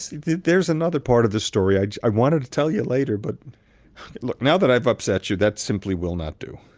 there's another part of the story. i i wanted to tell you later. but look, now that i've upset you, that simply will not do.